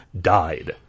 died